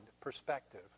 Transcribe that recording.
perspective